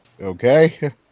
Okay